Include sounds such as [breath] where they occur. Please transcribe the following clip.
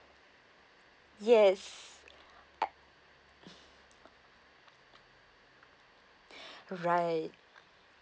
yes a~ [breath] right